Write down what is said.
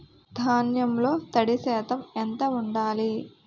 ధాన్యంలో తడి శాతం ఎంత ఉండాలి?